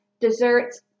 desserts